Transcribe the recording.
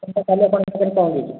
ତାହେଲେ କାଲି ଆପଣଙ୍କ ପାଖରେ ପହଁଚୁଛି